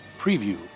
preview